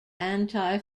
anti